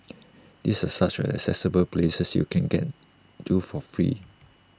these are such accessible places you can get to for free